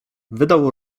wydał